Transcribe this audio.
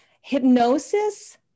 hypnosis